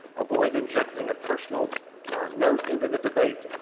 avoid injecting a personal note into the debate,